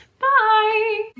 bye